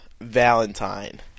Valentine